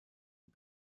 aux